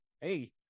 hey